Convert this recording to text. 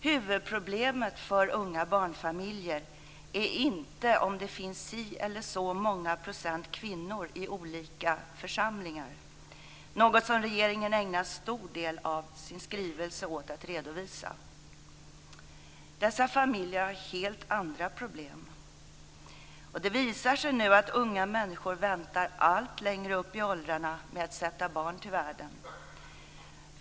Huvudproblemet för unga barnfamiljer är inte om det finns si eller så många procent kvinnor i olika församlingar - något som regeringen ägnar en stor del av sin skrivelse åt att redovisa. Dessa familjer har helt andra problem. Det visar sig nu att unga människor väntar allt längre upp i åldrarna med att sätta barn till världen.